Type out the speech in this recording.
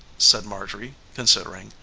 said marjorie, considering,